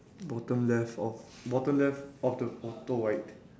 bottom left of bottom left of the photo I think